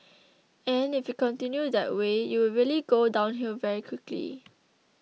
and if you continue that way you will really go downhill very quickly